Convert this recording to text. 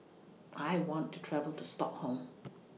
I want to travel to Stockholm